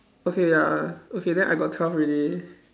okay ya okay then I got twelve already